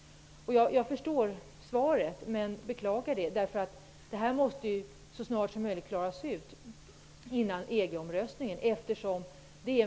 Jag förstår svaret, men beklagar det. Detta måste klaras ut före EG-omröstningen.